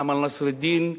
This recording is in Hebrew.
אמל נסראלדין,